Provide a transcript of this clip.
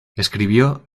escribió